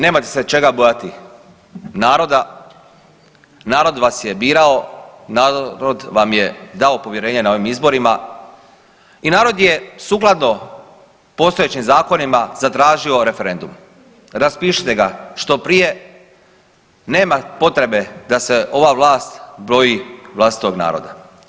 Nemate se čega bojati, naroda, narod vas je birao, narod vam je dao povjerenje na ovim izborima i narod je sukladno postojećim zakonima zatražio referendum, raspišite ga što prije, nema potrebe da se ova vlast boji vlastitog naroda.